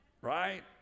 Right